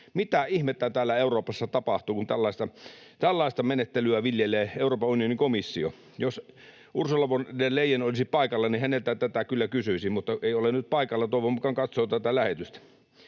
Mitä ihmettä täällä Euroopassa tapahtuu, kun tällaista menettelyä viljelee Euroopan unionin komissio? Jos Ursula von der Leyen olisi paikalla, niin häneltä tätä kyllä kysyisin, mutta ei ole nyt paikalla, toivon mukaan katsoo tätä lähetystä.